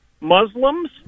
Muslims